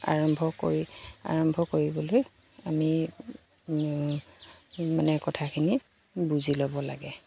আৰম্ভ কৰি আৰম্ভ কৰিবলৈ আমি মানে কথাখিনি বুজি ল'ব লাগে